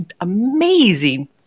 amazing